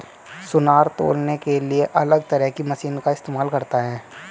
सुनार तौलने के लिए अलग तरह की मशीन का इस्तेमाल करता है